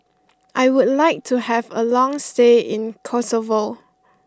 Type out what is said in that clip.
I would like to have a long stay in Kosovo